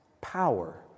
power